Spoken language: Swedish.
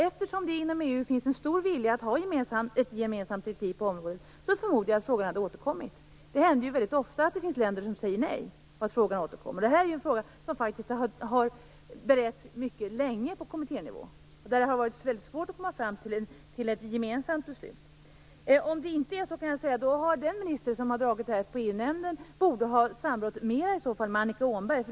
Eftersom det inom EU finns en stor vilja att ha ett gemensamt direktiv på området, förmodar jag att frågan hade återkommit. Det händer ju väldigt ofta att det finns länder som säger nej och att en fråga återkommer. Det här är en fråga som faktiskt har beretts mycket länge på kommitténivå och där det har varit svårt att komma fram till ett gemensamt beslut. Om det inte är så, borde den minister som föredrog den här frågan på EU-nämnden ha samrått mer med Annika Åhnberg.